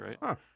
right